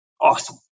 awesome